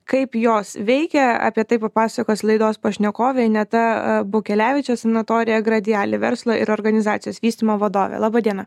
kaip jos veikia apie tai papasakos laidos pašnekovė ineta bukelevičė sanatorija gradiali verslo ir organizacijos vystymo vadovė laba diena